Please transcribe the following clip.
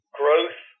growth